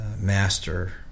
master